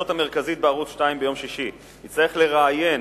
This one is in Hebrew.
המרכזית בערוץ-2 ביום שישי יצטרך לראיין